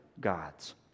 gods